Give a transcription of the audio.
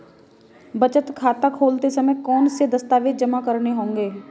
बचत खाता खोलते समय कौनसे दस्तावेज़ जमा करने होंगे?